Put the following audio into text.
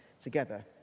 together